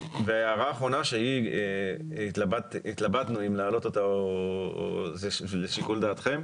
הערה אחרונה שהתלבטנו אם להעלות אותה והיא לשיקול דעתכם.